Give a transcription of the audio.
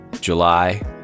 July